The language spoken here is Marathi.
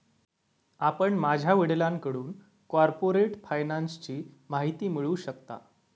आपण माझ्या वडिलांकडून कॉर्पोरेट फायनान्सची माहिती मिळवू शकता